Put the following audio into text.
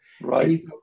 Right